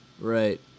Right